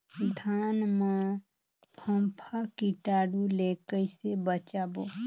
धान मां फम्फा कीटाणु ले कइसे बचाबो?